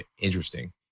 interesting